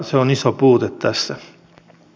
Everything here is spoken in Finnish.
se on iso puute tässä